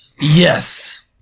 yes